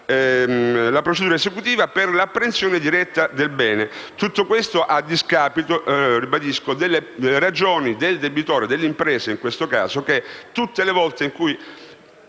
la procedura esecutiva per la prensione diretta del bene. Tutto questo a discapito delle ragioni del debitore, delle imprese in questo caso, tutte le volte in cui